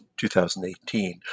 2018